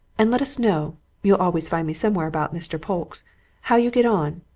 and let us know you'll always find me somewhere about mr. polke's how you get on.